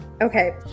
okay